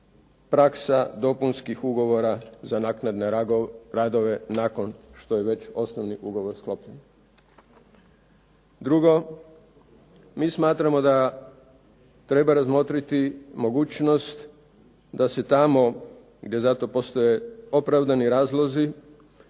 praksa dopunskih ugovora za naknadne radove nakon što je već osnovni ugovor sklopljen. Drugo, mi smatramo da treba razmotriti mogućnost da se tamo gdje za to postoje opravdani razlozi